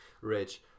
rich